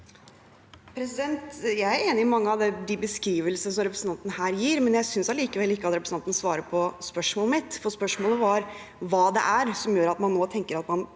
Jeg er enig i mange av de beskrivelsene som representanten her gir, men jeg synes likevel ikke at representanten svarer på spørsmålet mitt. Spørsmålet var hva som gjør at man nå tenker at man